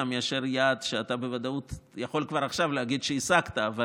אליו מאשר יעד שאתה בוודאות יכול כבר עכשיו להגיד שהשגת אבל